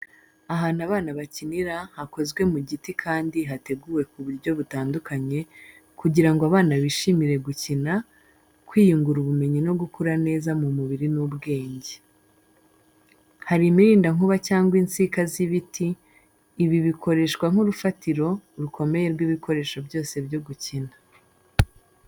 Ahantu abana bakinira hakozwe mu giti kandi hateguwe ku buryo butandukanye kugira ngo abana bishimire gukina, kwiyungura ubumenyi no gukura neza mu mubiri n’ubwenge. Hari imirindankuba cyangwa insika z'ibiti ibi bikoreshwa nk’urufatiro rukomeye rw’ibikoresho byose byo gukinira.